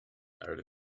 out